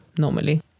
normally